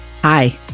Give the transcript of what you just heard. Hi